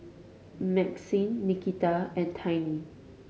Maxine Nikita and Tiny